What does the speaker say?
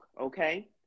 Okay